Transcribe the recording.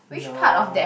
no